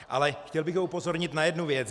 Ale chtěl bych ho upozornit na jednu věc.